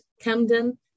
Camden